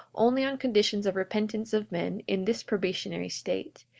only on conditions of repentance of men in this probationary state,